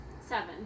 Seven